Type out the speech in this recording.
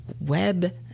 Web